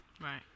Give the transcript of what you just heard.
Right